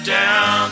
down